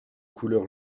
couleur